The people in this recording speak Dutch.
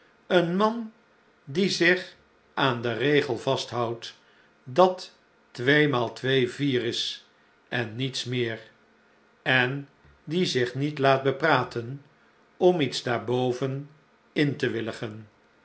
een man die zich aan den regel vasthoudt dat tweemaal twee vier is en niets meer en die zich niet laat bepraten om iets daarboven in te willigen